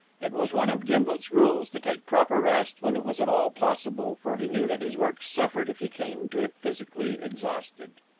it was one of gimblet's rules to take proper rest when it was at all possible, for he knew that his work suffered if he came to it physically exhausted.